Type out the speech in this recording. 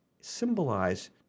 symbolize